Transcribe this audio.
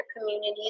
communities